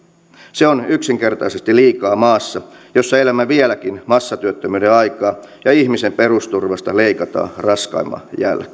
se on yksinkertaisesti liikaa maassa jossa elämme vieläkin massatyöttömyyden aikaa ja ihmisen perusturvasta leikataan raskaimman jälkeen